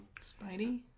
Spidey